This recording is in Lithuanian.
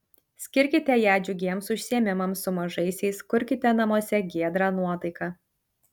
skirkite ją džiugiems užsiėmimams su mažaisiais kurkite namuose giedrą nuotaiką